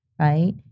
right